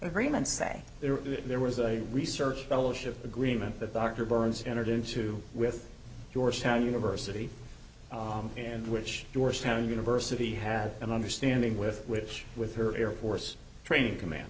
agreement say there was a research fellow ship agreement that dr burns entered into with georgetown university and which georgetown university had an understanding with which with her air force training command